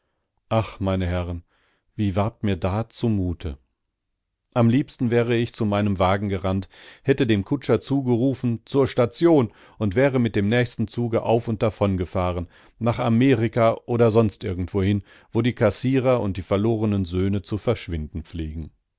ach meine herren wie ward mir da zumute am liebsten wäre ich zu meinem wagen gerannt hätte dem kutscher zugerufen zur station und wäre mit dem nächsten zuge auf und davon gefahren nach amerika oder sonst irgendwohin wo die kassierer und die verlorenen sohne zu verschwinden pflegen